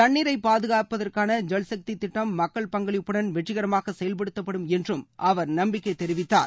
தண்ணீரை பாதுகாப்பதற்கான ஜல்சக்தி திட்டம் மக்கள் பங்களிப்புடன் வெற்றிகரமாக செயல்படுத்தப்படும் என்றும் அவர் நம்பிக்கை தெரிவித்தார்